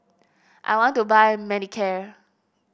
I want to buy Manicare